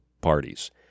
parties